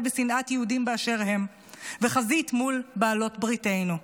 ושנאת יהודים באשר הם וחזית מול בעלות בריתנו.